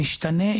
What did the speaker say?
משתנה.